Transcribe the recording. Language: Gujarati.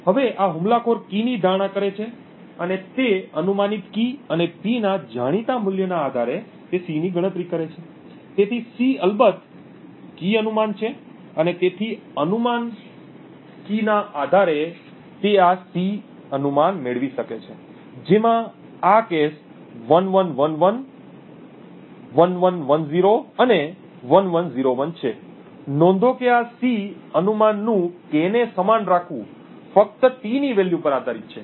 હવે આ હુમલાખોર કી ની ધારણા કરે છે અને તે અનુમાનિત કી અને P ના જાણીતા મૂલ્યના આધારે તે C ની ગણતરી કરે છે તેથી C અલબત્ત કી અનુમાન છે અને તેથી અનુમાન કીના આધારે તે આ C અનુમાન મેળવી શકે છે જેમાં આ કેસ 1111 1110 અને 1101 છે નોંધો કે આ C અનુમાનનું K ને સમાન રાખવું ફક્ત t ની વેલ્યુ પર આધારિત છે